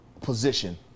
position